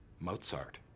Mozart